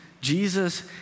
Jesus